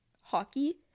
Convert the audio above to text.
hockey